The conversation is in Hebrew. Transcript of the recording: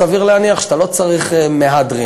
סביר להניח שאתה לא צריך רמת מהדרין.